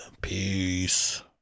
Peace